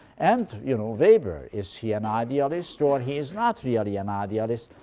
and, you know, weber, is he an idealist, or he is not really an idealist?